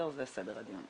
זה סדר הדיון.